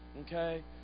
Okay